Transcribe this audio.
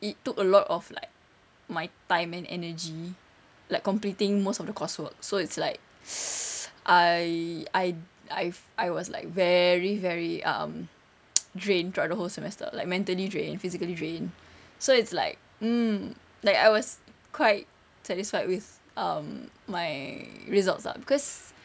it took a lot of like my time and energy like completing most of the coursework so it's like I I I've I was like very very um drained throughout the whole semester like mentally drained physically drained so it's like mm like I was quite satisfied with um my results lah cause